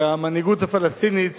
שהמנהיגות הפלסטינית